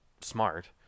smart